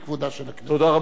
תודה רבה, אדוני היושב-ראש.